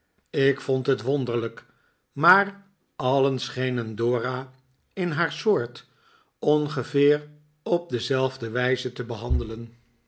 ik vond het wonderlijk maar alien schenen dora in haar soort ongeveer op dezelfde wijze te behandelen